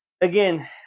again